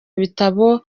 ibitabo